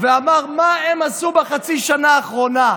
ואומר מה הם עשו בחצי השנה האחרונה.